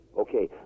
Okay